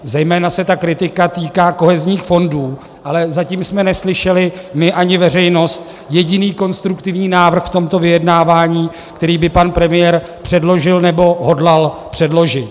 Zejména se ta kritika týká kohezních fondů, ale zatím jsme neslyšeli my ani veřejnost jediný konstruktivní návrh v tomto vyjednávání, který by pan premiér předložil nebo hodlal předložit.